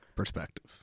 Perspective